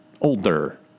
Older